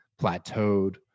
plateaued